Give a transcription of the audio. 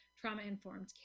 trauma-informed